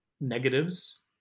negatives